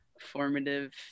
formative